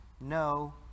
no